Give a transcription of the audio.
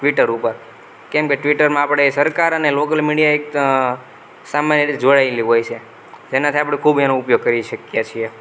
Twitter ઉપર કેમકે ટ્વિટરમાં આપણે સરકાર અને લોકલ મીડિયા એક સામાન્ય રીતે જોળાયેલી હોય છે જેનાથી આપણે ખૂબ એનો ઉપયોગ કરી શકીએ છીએ